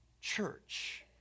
church